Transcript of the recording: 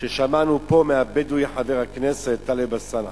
ששמענו פה מהבדואי חבר הכנסת טלב אלסאנע.